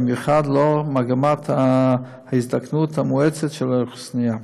במיוחד לנוכח מגמת ההזדקנות המואצת של האוכלוסייה.